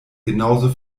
genauso